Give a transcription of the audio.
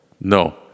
No